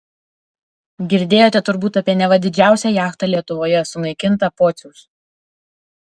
girdėjote turbūt apie neva didžiausią jachtą lietuvoje sunaikintą pociaus